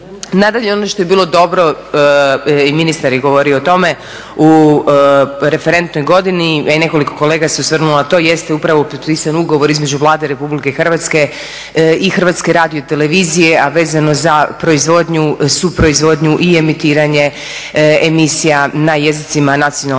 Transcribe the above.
Nadalje, ono što je bilo dobro, i ministar je govorio o tome u referentnoj godini, nekoliko kolega se osvrnulo na to, jest upravo potpisan ugovor između Vlade RH i Hrvatske radiotelevizije a vezano za proizvodnju, su-proizvodnju i emitiranje emisija na jezicima nacionalnih